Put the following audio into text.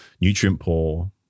nutrient-poor